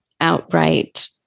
outright